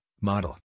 model